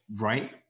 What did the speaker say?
Right